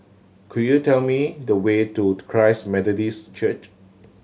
could you tell me the way to Christ Methodist Church